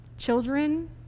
Children